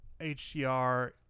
HDR